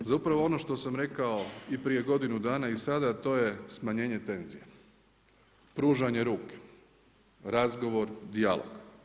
Za upravo ono što sam rekao i prije godinu dana i sada a to je smanjenje tenzija, pružanje ruke, razgovor, dijalog.